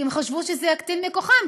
כי הם חשבו שזה יקטין מכוחם,